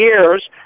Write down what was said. years